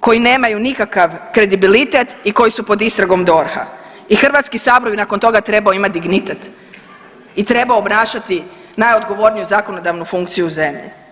koji nemaju nikakav kredibilitet i koji su pod istragom DORH-a i HS bi nakon toga trebao imati dignitet i treba obnašati najodgovorniju zakonodavnu funkciju u zemlju.